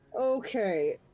Okay